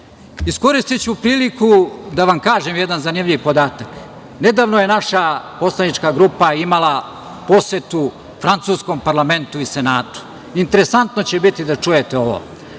Iskoristiću priliku da vam kažem jedan zanimljiv podatak. Nedavno je naša poslanička grupa imala posetu Francuskom parlamentu i senatu. Interesantno će biti da čujete ovo.